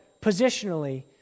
positionally